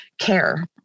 care